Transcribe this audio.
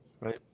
right